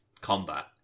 combat